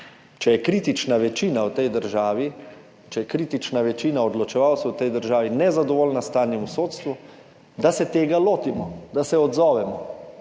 če je kritična večina odločevalcev v tej državi nezadovoljna s stanjem v sodstvu, da se tega lotimo, da se odzovemo.